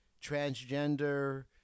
transgender